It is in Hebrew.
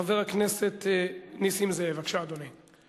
חבר הכנסת נסים זאב, בבקשה, אדוני.